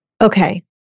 Okay